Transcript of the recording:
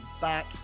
back